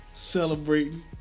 Celebrating